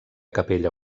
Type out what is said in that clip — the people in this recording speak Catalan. capella